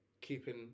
keeping